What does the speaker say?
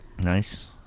Nice